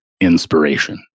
inspiration